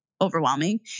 overwhelming